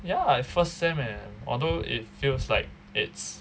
ya I first sem eh although it feels like it's